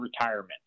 retirement